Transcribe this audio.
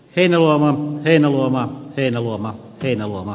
elomaa heinäluoma heinäluoma ei halua